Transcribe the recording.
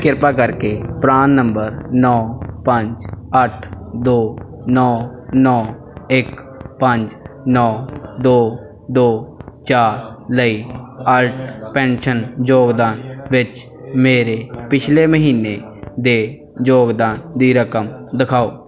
ਕਿਰਪਾ ਕਰਕੇ PRAN number ਨੌਂ ਪੰਜ ਅੱਠ ਦੋ ਨੌਂ ਨੌਂ ਇੱਕ ਪੰਜ ਨੌਂ ਦੋ ਦੋ ਚਾਰ ਲਈ ਅਟਲ ਪੈਨਸ਼ਨ ਯੋਗਦਾਨ ਵਿੱਚ ਮੇਰੇ ਪਿਛਲੇ ਮਹੀਨੇ ਦੇ ਯੋਗਦਾਨ ਦੀ ਰਕਮ ਦਿਖਾਓ